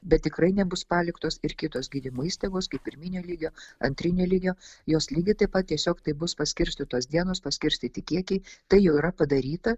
bet tikrai nebus paliktos ir kitos gydymo įstaigos kaip pirminio lygio antrinio lygio jos lygiai taip pat tiesiog tai bus paskirstytos dienos paskirstyti kiekiai tai jau yra padaryta